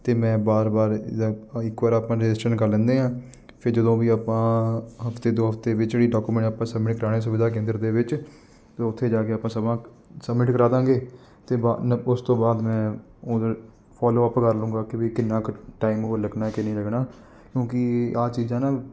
ਅਤੇ ਮੈਂ ਵਾਰ ਵਾਰ ਜਿੱਦਾਂ ਇੱਕ ਵਾਰ ਆਪਾਂ ਰਜਿਸਟਰਡ ਕਰ ਲੈਂਦੇ ਹਾਂ ਫਿਰ ਜਦੋਂ ਵੀ ਆਪਾਂ ਹਫ਼ਤੇ ਦੋ ਹਫ਼ਤੇ ਵਿੱਚ ਜਿਹੜੀ ਡਾਕੂਮੈਂਟ ਆਪਾਂ ਸਬਮਿਟ ਕਰਵਾਉਣੇ ਸੁਵਿਧਾ ਕੇਂਦਰ ਦੇ ਵਿੱਚ ਤਾਂ ਉੱਥੇ ਜਾ ਕੇ ਆਪਾਂ ਸਮਾਂ ਸਬਮਿਟ ਕਰਵਾ ਦਾਂਗੇ ਅਤੇ ਬਾ ਨ ਉਸ ਤੋਂ ਬਾਅਦ ਮੈਂ ਉਹਦੇ ਫੋਲੋ ਅਪ ਕਰ ਲੂੰਗਾ ਕਿ ਵੀ ਕਿੰਨਾ ਕੁ ਟਾਈਮ ਹੋਰ ਲੱਗਣਾ ਕਿ ਨਹੀਂ ਲੱਗਣਾ ਕਿਉਂਕਿ ਆਹ ਚੀਜ਼ਾਂ ਨਾ